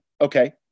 Okay